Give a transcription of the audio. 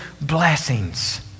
blessings